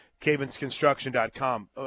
CavinsConstruction.com